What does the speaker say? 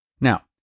Now